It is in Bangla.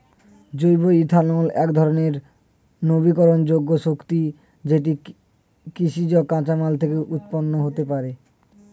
জৈব ইথানল একধরণের নবীকরণযোগ্য শক্তি যেটি কৃষিজ কাঁচামাল থেকে উৎপন্ন হতে পারে